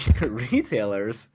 Retailers